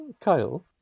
Kyle